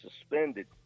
suspended